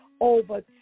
over